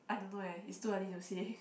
I don't know eh it's too early to say